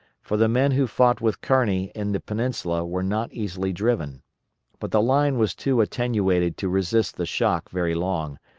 for the men who fought with kearney in the peninsula were not easily driven but the line was too attenuated to resist the shock very long,